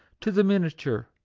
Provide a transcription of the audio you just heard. to the miniature.